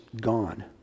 gone